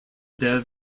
dev